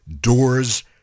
doors